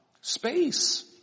Space